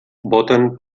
voten